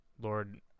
lord